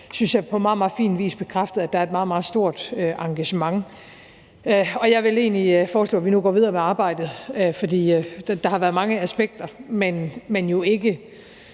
synes jeg, på meget, meget fin vis bekræftet, at der er et meget, meget stort engagement. Jeg vil egentlig foreslå, at vi nu går videre med arbejdet, for der har været mange aspekter, men jo ikke